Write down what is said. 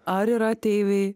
ar yra ateiviai